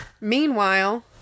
meanwhile